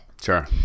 Sure